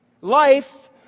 life